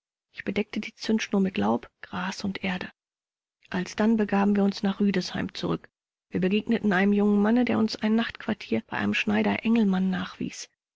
ich bedeckte die zündschnur mit laub gras und erde alsdann dann begaben wir uns nach rüdesheim zurück wir begegneten einem jungen manne der uns ein nachtquartier bei einem schneider engelmann nachwies